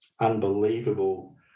unbelievable